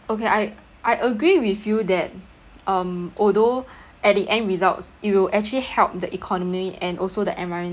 okay I I agree with you that um although at the end results it will actually help the economy and also the environmental